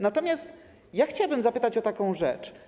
Natomiast chciałabym zapytać o taką rzecz.